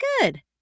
good